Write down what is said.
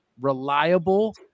reliable